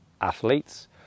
athletes